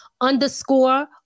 underscore